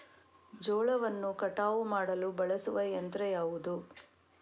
ಜೋಳವನ್ನು ಕಟಾವು ಮಾಡಲು ಬಳಸುವ ಯಂತ್ರ ಯಾವುದು?